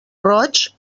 roig